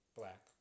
black